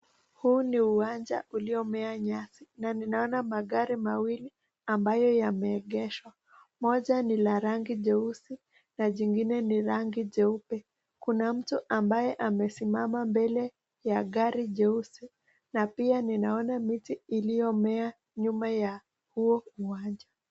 Huu ni uwanja uliomea nyasi na ninaona magari mawili ambayo yameegeshwa. Moja ni la rangi jeusi na jingine ni rangi jeupe. Kuna mtu ambaye amesimama mbele ya gari jeusi na pia ninaona miti iliyomea nyuma ya huo uwanja.